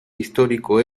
histórico